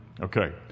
Okay